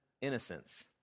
innocence